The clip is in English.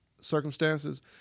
circumstances